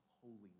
holiness